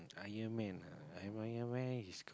Iron-man ah Iron Iron-man he's